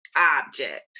object